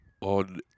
on